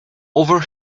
over